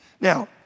Now